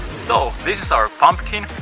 so, this is our pumpkin.